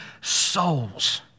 souls